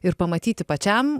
ir pamatyti pačiam